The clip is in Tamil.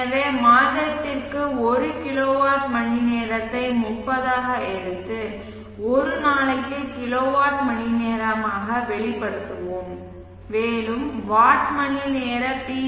எனவே மாதத்திற்கு ஒரு கிலோவாட் மணிநேரத்தை 30 ஆக எடுத்து ஒரு நாளைக்கு கிலோவாட் மணிநேரமாக வெளிப்படுத்துவோம் மேலும் வாட் மணிநேர பி